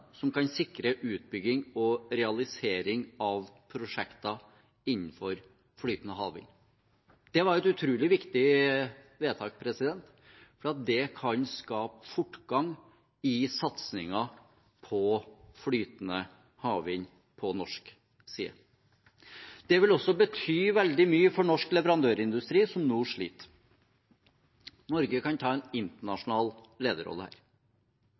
som kan sikre utbygging og realisering av prosjekter innenfor flytende havvind. Det var et utrolig viktig vedtak for at det kan skapes fortgang i satsingen på flytende havvind på norsk side. Det vil også bety veldig mye for norsk leverandørindustri, som nå sliter. Norge kan ta en internasjonal lederrolle her.